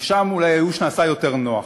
ושם אולי הייאוש נעשה יותר נוח,